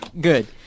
good